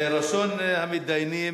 ראשון המתדיינים,